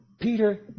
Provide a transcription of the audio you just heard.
Peter